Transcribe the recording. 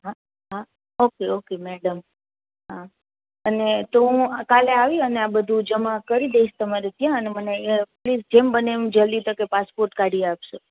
હા હા okay okay madam હા અને તો હું કાલે આવી અને આ બધું જમાં કરી દઈશ તમારે ત્યાં અને મને પ્લીઝ જેમ બને એમ જલ્દી પાસપોર્ટ કાઢી આપશો